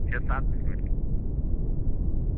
چھ سات بیس بسمل